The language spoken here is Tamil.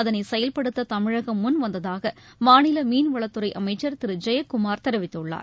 அதனை செயல்படுத்த தமிழகம் முன்வந்ததாக மாநில மீன்வளத்துறை அமைச்சர் திரு ஜெயக்குமார் தெரிவித்துள்ளார்